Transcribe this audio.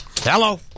Hello